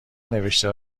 نوشته